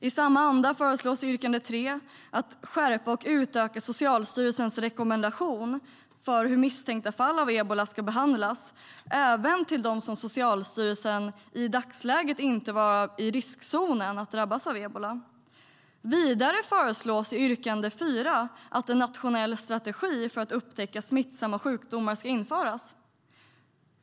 I samma anda föreslås i yrkande 3 att man ska skärpa Socialstyrelsens rekommendation för hur misstänkta fall av ebola ska behandlas och utöka den även till dem som Socialstyrelsen i dagsläget inte bedömer vara i riskzonen för att drabbas av ebola. Vidare föreslås i yrkande 4 att en nationell strategi för att upptäcka smittsamma sjukdomar ska införas.